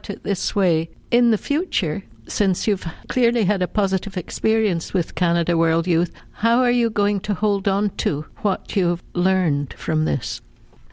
at it this way in the future since you've clearly had a positive experience with canada world youth how are you going to hold on to what you've learned from this